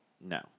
No